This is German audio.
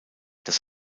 das